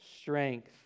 strength